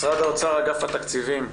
משרד האוצר אגף התקציבים,